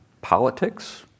politics